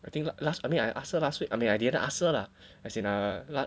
I think last I mean I ask her last week I mean I didn't ask her lah as in err last